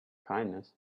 kindness